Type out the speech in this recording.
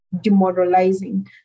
demoralizing